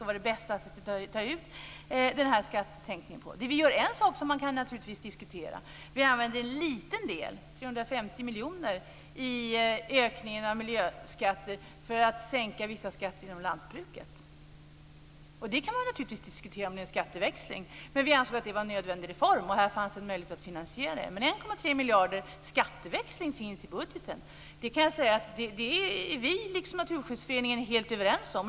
Vi gör en sak som kan diskuteras, nämligen att vi använder en liten del, 350 miljoner, i ökning av miljöskatter för att sänka vissa skatter inom lantbruket. Det kan naturligtvis diskuteras om det är en skatteväxling. Men vi ansåg att det var en nödvändig reform, och här fanns en möjlighet till finansiering. 1,3 miljarder skatteväxling finns i budgeten. Den är vi, liksom Naturskyddsföreningen, helt överens om.